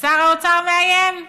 ושר האוצר מאיים: